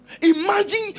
Imagine